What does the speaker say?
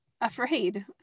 afraid